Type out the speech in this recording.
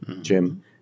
Jim